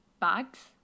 Bags